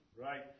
Right